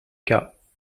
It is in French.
cas